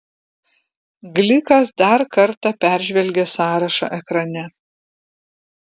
glikas dar kartą peržvelgė sąrašą ekrane